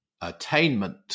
attainment